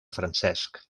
francesc